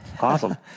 Awesome